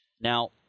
Now